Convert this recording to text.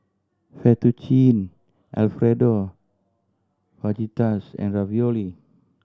Fettuccine Alfredo Fajitas and Ravioli